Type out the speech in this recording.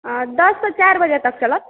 दस सँ चारि बजे तक चलत